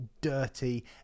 dirty